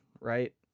Right